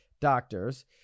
doctors